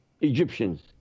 Egyptians